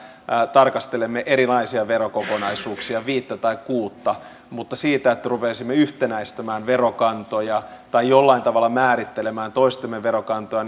tarkastelemme erilaisia verokokonaisuuksia viittä tai kuutta mutta tämäntyyppistä keskustelua että rupeaisimme yhtenäistämään verokantoja tai jollain tavalla määrittelemään toistemme verokantoja